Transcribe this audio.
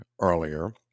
earlier